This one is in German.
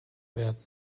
werden